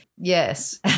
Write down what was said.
Yes